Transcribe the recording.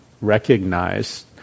recognize